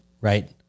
right